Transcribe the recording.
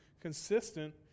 consistent